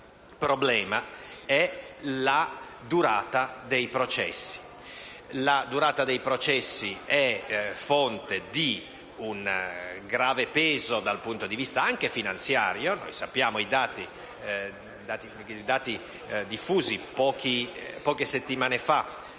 problema è la durata dei processi. La durata dei processi è fonte di un grave peso dal punto di vista anche finanziario. Conosciamo i dati diffusi poche settimane fa